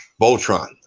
Voltron